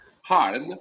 hard